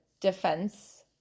defense